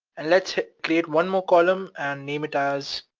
and let's create one more column and name it as,